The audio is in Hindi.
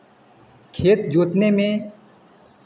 खेत जोतने में